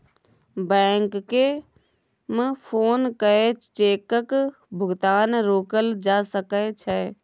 बैंककेँ फोन कए चेकक भुगतान रोकल जा सकै छै